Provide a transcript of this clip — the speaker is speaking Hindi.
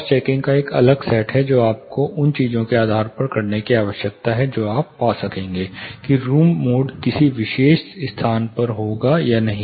क्रॉस चेकिंग का एक अलग सेट है जो आपको उन चीजों के आधार पर करने की आवश्यकता है तो आप पा सकेंगे कि रूम मोडकिसी विशेष स्थान पर होगा या नहीं